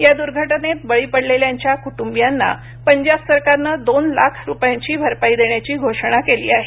या दुर्घटनेत बळी पडलेल्यांच्या कुटुंबियांना पंजाब सरकारनं दोन लाख रुपयांची भरपाई देण्याची घोषणा केली आहे